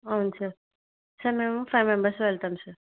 అవును sir sir మేము five members వెళతాం సార్